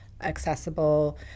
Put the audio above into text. accessible